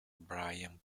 brian